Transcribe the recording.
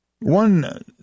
one